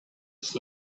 ist